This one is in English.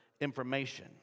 information